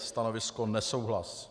Stanovisko nesouhlasné.